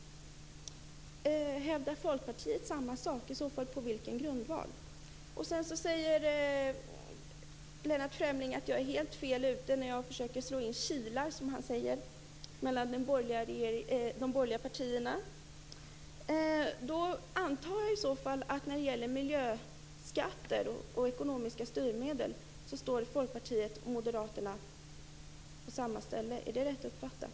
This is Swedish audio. Hävdar Folkpartiet samma sak? I så fall, på vilken grundval? Lennart Fremling säger att jag är helt fel ute när jag försöker slå in kilar, som han säger, mellan de borgerliga partierna. Jag antar i så fall att Folkpartiet och Moderaterna när det gäller miljöskatter och ekonomiska styrmedel har samma ståndpunkt. Är det rätt uppfattat?